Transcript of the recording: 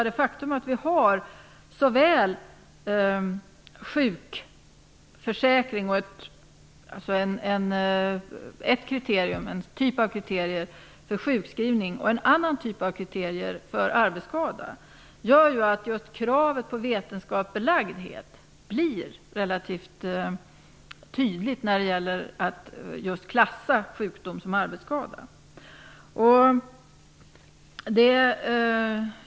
Det faktum att vi har en typ av kriterier för sjukskrivning och en annan för arbetsskador gör att kravet på vetenskapliga belägg blir relativt tydligt när det gäller att klassa sjukdom som arbetsskada.